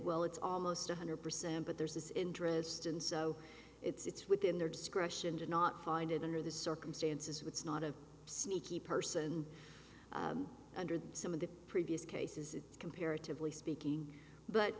well it's almost one hundred percent but there's this interest and so it's within their discretion to not find it under the circumstances it's not a sneaky person under some of the previous cases comparatively speaking but